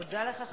תודה לך,